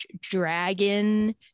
dragon